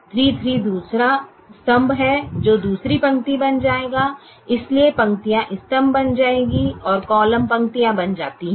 3 3 दूसरा स्तंभ है जो दूसरी पंक्ति बन जाएगा इसलिए पंक्तियाँ स्तंभ बन जाती हैं और कॉलम पंक्तियाँ बन जाती हैं